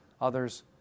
others